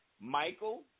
Michael